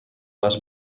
les